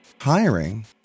Hiring